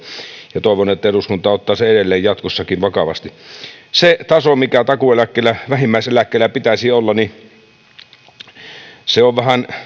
ja toivon että eduskunta ottaa sen edelleen jatkossakin vakavasti mikä taso takuueläkkeellä vähimmäiseläkkeellä pitäisi olla se on vähän